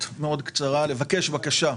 בבקשה.